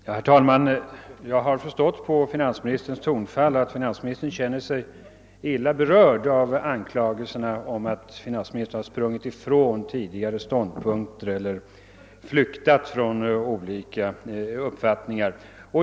Herr talman! Jag har förstått av finansministerns tonfall att han känner sig illa berörd av anklagelserna att han har sprungit ifrån tidigare ståndpunkter eller flyktat från olika uppfattningar.